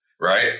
right